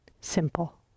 simple